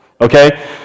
Okay